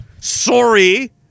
Sorry